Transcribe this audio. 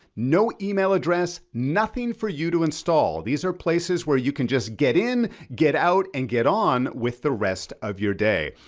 no email address, nothing for you to install. these are places where you can just get in, get out, and get on, with the rest of your day.